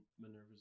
Minerva's